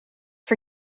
for